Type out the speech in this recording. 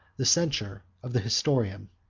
the censure of the historian.